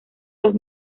los